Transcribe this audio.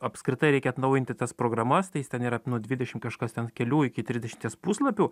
apskritai reikia atnaujinti tas programas tai jis ten yra nu dvidešim kažkas ten kelių iki trisdešimties puslapių